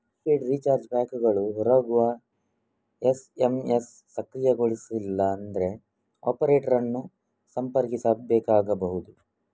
prepaid recharge ಪ್ಯಾಕುಗಳು ಹೊರ ಹೋಗುವ ಎಸ್.ಎಮ್.ಎಸ್ ಸಕ್ರಿಯಗೊಳಿಸಿಲ್ಲ ಅಂದ್ರೆ ಆಪರೇಟರ್ ಅನ್ನು ಸಂಪರ್ಕಿಸಬೇಕಾಗಬಹುದು